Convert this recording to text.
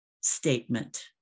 statement